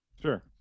sure